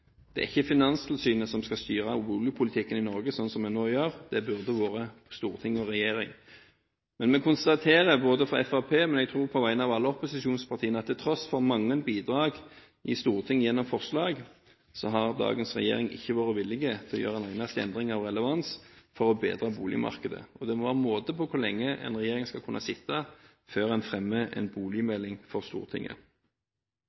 Det er ikke Finanstilsynet som skal styre boligpolitikken i Norge, som det nå gjør. Det burde vært storting og regjering. Vi fra Fremskrittspartiet konstaterer – men på vegne av alle opposisjonspartiene, tror jeg – at til tross for mange bidrag fra Stortinget gjennom forslag, har dagens regjering ikke vært villig til å gjøre en eneste endring av relevans for å bedre boligmarkedet. Og det må være måte på hvor lenge en regjering skal kunne sitte, før den fremmer en